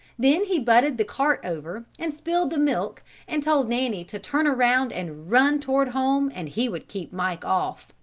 then he butted the cart over and spilled the milk and told nanny to turn around and run toward home and he would keep mike off.